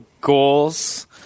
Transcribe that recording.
goals